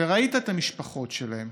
וראית את המשפחות שלהם